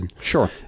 Sure